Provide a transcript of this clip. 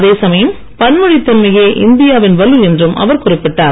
அதே சமயம் பன்மொழித் தன்மையே இந்தியாவின் வலு என்றும் அவர் குறிப்பிட்டார்